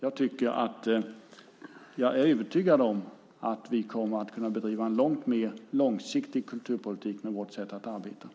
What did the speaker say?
Jag är övertygad om att vi kommer att kunna bedriva en långt mer långsiktig kulturpolitik med vårt sätt att arbeta.